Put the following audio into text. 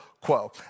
quo